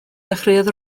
dechreuodd